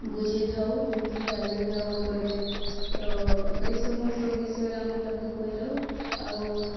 ବୁଝାଇଥାଉ ଯେମିତିକି ବାଲ୍ୟ ବିବାହ ଉପରେ ତ ଏ ସମସ୍ତ ବିଷୟରେ ଆମେ ତାଙ୍କୁ କହିଥାଉ ଆଉ